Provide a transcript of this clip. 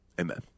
amen